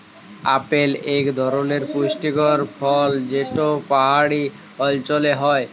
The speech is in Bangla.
আপেল ইক ধরলের পুষ্টিকর ফল যেট পাহাড়ি অল্চলে হ্যয়